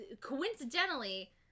coincidentally